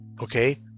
Okay